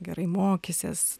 gerai mokysies